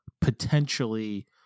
potentially